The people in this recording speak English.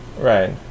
right